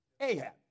Ahab